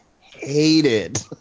hated